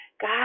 God